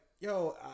yo